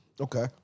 Okay